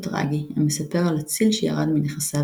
טראגי המספר על אציל שירד מנכסיו,